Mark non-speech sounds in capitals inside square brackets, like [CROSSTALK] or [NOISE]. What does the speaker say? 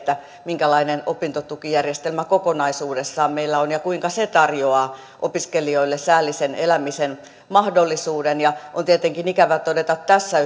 minkälainen opintotukijärjestelmä kokonaisuudessaan meillä on ja kuinka se tarjoaa opiskelijoille säällisen elämisen mahdollisuuden on tietenkin ikävää todeta tässä [UNINTELLIGIBLE]